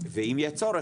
ואם יהיה צורך,